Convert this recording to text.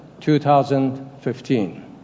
2015